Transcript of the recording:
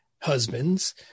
husbands